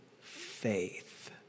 faith